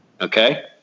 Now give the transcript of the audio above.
Okay